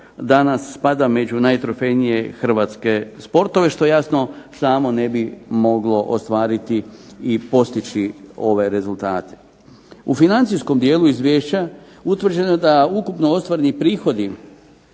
danas spada među najtrofejnije Hrvatske sportove što jasno samo ne bi moglo ostvariti i postići ove rezultate. U financijskom dijelu izvješća utvrđeno je da ukupno ostvareni prihodi